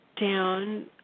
down